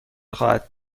خواهد